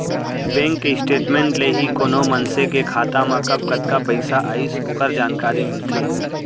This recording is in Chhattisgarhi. बेंक के स्टेटमेंट ले ही कोनो मनसे के खाता मा कब कतका पइसा आइस ओकर जानकारी मिलथे